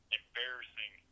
embarrassing